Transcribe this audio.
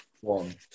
One